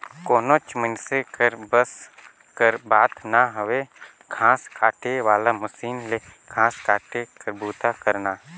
कोनोच मइनसे कर बस कर बात ना हवे घांस काटे वाला मसीन ले घांस काटे कर बूता करना